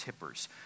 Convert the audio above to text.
tippers